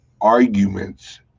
arguments